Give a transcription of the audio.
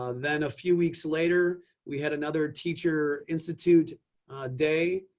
um then a few weeks later we had another teacher institute day,